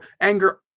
anger